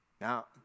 Now